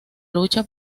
lucha